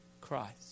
Christ